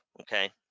okay